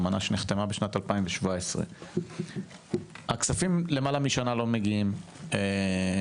אמנה שנחתמה בשנת 2017. הכספים למעלה משנה לא מגיעים לזכאים,